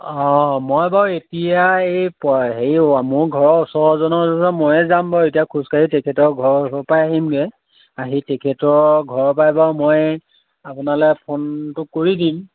অঁ অঁ মই বাৰু এতিয়া এই হেৰি মোৰ ঘৰৰ ওচৰজনৰ ময়ে যাম বাৰু এতিয়া খোজকাঢ়ি তেখেতৰ ঘৰৰ ওচৰৰপৰাই আহিমগৈ আহি তেখেতৰ ঘৰৰপৰাই বাৰু মই আপোনালৈ ফোনটো কৰি দিম